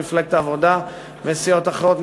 מפלגת העבודה וסיעות אחרות,